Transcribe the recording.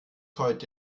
heute